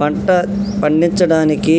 పంట పండించడానికి